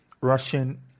Russian